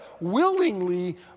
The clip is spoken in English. willingly